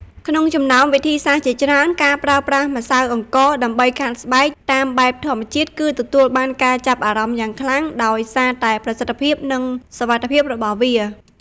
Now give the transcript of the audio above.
ក្នុងចំណោមវិធីសាស្ត្រជាច្រើន ការប្រើប្រាស់ម្សៅអង្ករដើម្បីខាត់ស្បែកតាមបែបធម្មជាតិ គឺទទួលបានការចាប់អារម្មណ៍យ៉ាងខ្លាំង ដោយសារតែប្រសិទ្ធភាព និងសុវត្ថិភាពរបស់វា។